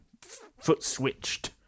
foot-switched